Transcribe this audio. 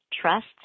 trust